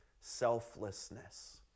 selflessness